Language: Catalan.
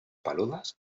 peludes